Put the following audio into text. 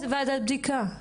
איזו ועדת בדיקה?